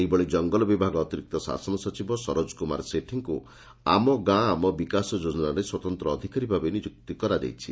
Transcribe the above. ସେହିଭଳି ଜଙାଗଲ ବିଭାଗ ଅତିରିକ୍ତ ଶାସନ ସଚିବ ସରୋଜ କୁମାର ସେଠୀଙ୍କୁ ଆମ ଗାଁ ଆମ ବିକାଶ ଯୋଜନାରେ ସ୍ୱତନ୍ତ ଅଧିକାରୀ ଭାବେ ନିଯୁକ୍ତି ଦିଆଯାଇଛି